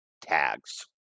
tags